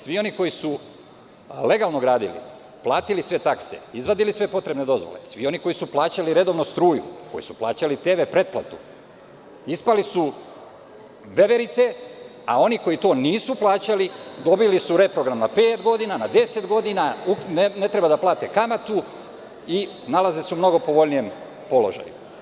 Svi oni koji su legalno gradili, platili sve takse, izvadili sve potrebne dozvole, svi oni koji su plaćali redovno struju, koji su plaćali TV pretplatu, ispali su veverice, a oni koji to nisu plaćali dobili su reprogram na pet godina, na deset godina, ne treba da plate kamatu i nalaze se u mnogo povoljnijem položaju.